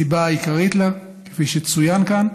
הסיבה העיקרית לה, כפי שצוין כאן,